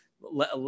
let